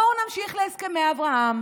בואו נמשיך להסכמי אברהם.